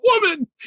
woman